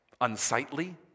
unsightly